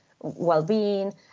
well-being